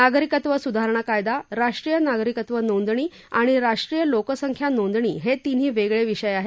नागरिकत्व सुधारणा कायदा राष्ट्रीय नागरिकत्व नोंदणी आणि राष्ट्रीय लोकसंख्या नोंदणी हे तिन्ही वेगळे विषय आहेत